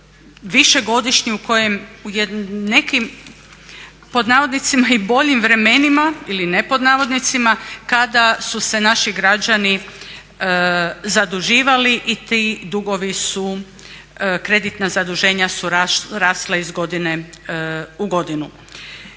više godišnji u kojem u nekim pod navodnicima i boljim vremenima ili ne pod navodnicima kada su se naši građani zaduživali i ti dugovi su, kreditna zaduženja su rasla iz godine u godinu.